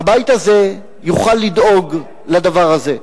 והבית הזה יוכל לדאוג לדבר הזה.